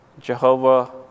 Jehovah